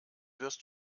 wirst